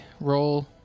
roll